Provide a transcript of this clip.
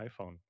iPhone